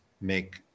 make